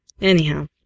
anyhow